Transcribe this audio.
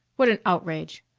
what an outrage!